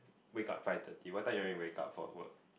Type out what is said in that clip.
wake up five thirty what time you want me wake up for work